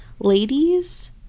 ladies